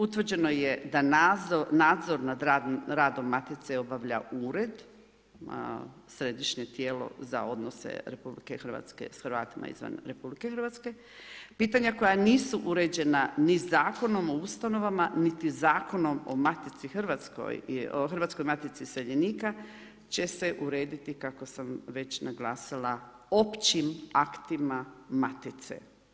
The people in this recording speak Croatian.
Utvrđeno je da nadzor nad radom Matice obavlja ured, središnje tijelo za odnose RH s Hrvatima izvan RH, pitanja koja nisu uređena ni Zakonom o ustanovama, niti Zakonom o matici Hrvatskoj, Hrvatskoj matici iseljenika, će se urediti kako sam već naglasila općim aktima matice.